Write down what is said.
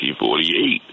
1948